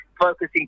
focusing